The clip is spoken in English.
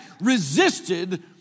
resisted